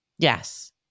Yes